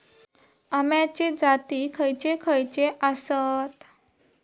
अम्याचे जाती खयचे खयचे आसत?